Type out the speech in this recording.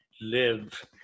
Live